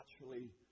naturally